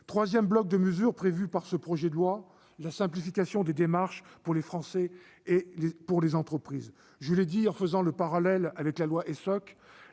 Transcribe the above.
troisième bloc de mesures que contient ce projet de loi a trait à la simplification des démarches pour les Français et pour les entreprises. Je l'ai dit en dressant un parallèle avec la loi Essoc